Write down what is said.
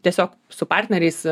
tiesiog su partneriais